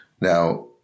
Now